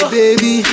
baby